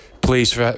Please